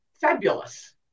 fabulous